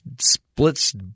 splits